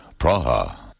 Praha